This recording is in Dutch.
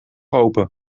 open